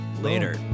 Later